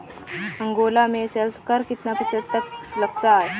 Angola में sales कर कितना प्रतिशत तक लगता है?